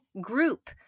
group